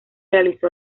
realizó